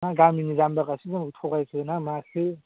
ना गामिनि जाम्बा मानसि होनना थगायखोना माखो